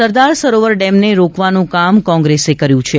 સરદાર સરોવર ડેમને રોકવાનું કામ કોંગ્રેસે કર્યું છે